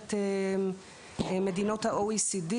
במסגרת מדינות ה-OECD,